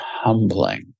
humbling